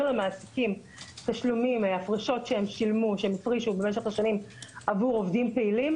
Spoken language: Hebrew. למעסיקים הפרשות הפרישו במשך השנים עבור עובדים פעילים.